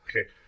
Okay